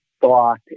thought